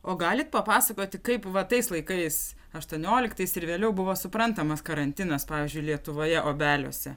o galit papasakoti kaip va tais laikais aštuonioliktais ir vėliau buvo suprantamas karantinas pavyzdžiui lietuvoje obeliuose